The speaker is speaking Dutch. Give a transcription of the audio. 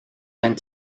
zijn